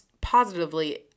positively